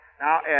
Now